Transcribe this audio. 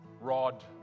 Rod